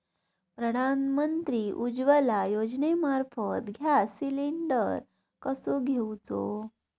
प्रधानमंत्री उज्वला योजनेमार्फत gas cylinder कसो घेऊचो?